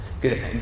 Good